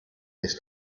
this